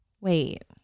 wait